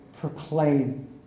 proclaim